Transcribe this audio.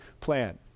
plan